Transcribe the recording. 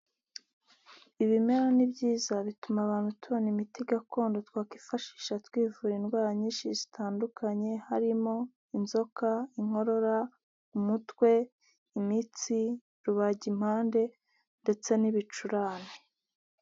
Ibimera ni byiza bituma abantu tubona imiti gakondo twakwifashisha twivura indwara nyinshi zitandukanye harimo inzoka, inkorora, umutwe, imitsi, rubagimpande ndetse n'ibicurane.